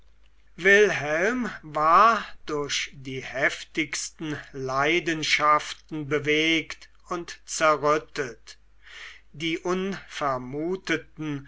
wilhelm war durch die heftigsten leidenschaften bewegt und zerrüttet die